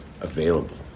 available